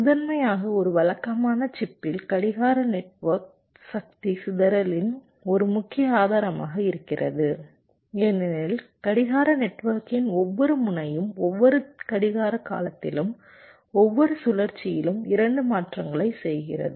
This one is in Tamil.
முதன்மையாக ஒரு வழக்கமான சிப்பில் கடிகார நெட்வொர்க் சக்தி சிதறலின் ஒரு முக்கிய ஆதாரமாக இருக்கிறது ஏனெனில் கடிகார நெட்வொர்க்கின் ஒவ்வொரு முனையும் ஒவ்வொரு கடிகார காலத்திலும் ஒவ்வொரு சுழற்சியிலும் 2 மாற்றங்களை செய்கிறது